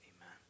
Amen